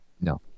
No